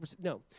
No